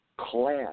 class